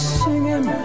singing